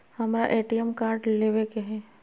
हमारा ATM card लेव के हई